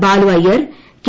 Balu Iyer K